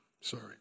Sorry